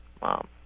Mom